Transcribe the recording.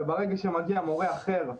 וברגע שמגיע מורה אחר,